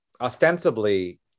ostensibly